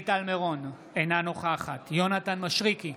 נוכחת שלי טל מירון, אינה נוכחת יונתן מישרקי,